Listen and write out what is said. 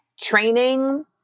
training